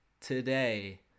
today